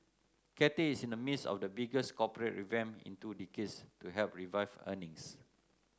Cathay is in the midst of the biggest corporate revamp in two decades to help revive earnings